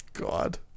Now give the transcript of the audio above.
God